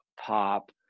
pop